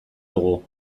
dugu